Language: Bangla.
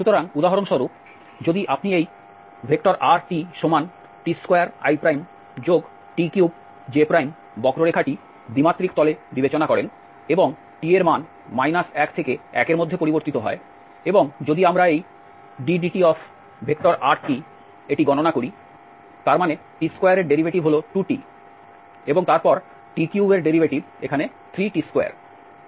সুতরাং উদাহরণস্বরূপ যদি আপনি এই rtt2it3j বক্ররেখাটি দ্বিমাত্রিক তলে বিবেচনা করেন এবং t এর মান 1 থেকে 1 এর মধ্যে পরিবর্তিত হয় এবং যদি আমরা এই drtdt গণনা করি তার মানে t2এর ডেরিভেটিভ হল 2t এবং তারপর t3এর ডেরিভেটিভ এখানে 3t2